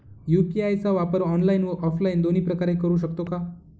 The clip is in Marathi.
यू.पी.आय चा वापर ऑनलाईन व ऑफलाईन दोन्ही प्रकारे करु शकतो का?